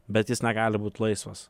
bet jis negali būt laisvas